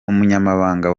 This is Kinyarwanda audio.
umunyamabanga